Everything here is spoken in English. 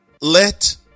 let